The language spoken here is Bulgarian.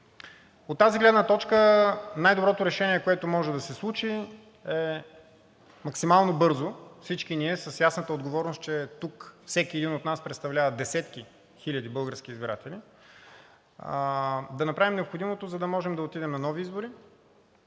От тази гледна точка най-доброто решение, което може да се случи, е максимално бързо всички ние с ясната отговорност, че тук всеки един от нас представлява десетки хиляди български избиратели, да направим необходимото, за да можем да отидем на нови избори,